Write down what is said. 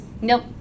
Nope